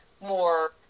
more